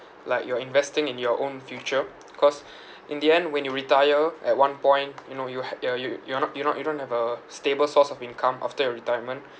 like you're investing in your own future cause in the end when you retire at one point you know you ha~ uh you you're not you not you don't have a stable source of income after your retirement